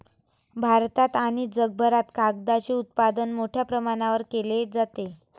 भारतात आणि जगभरात कागदाचे उत्पादन मोठ्या प्रमाणावर केले जाते